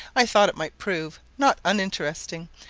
i thought it might prove not uninteresting,